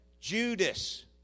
Judas